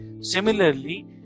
Similarly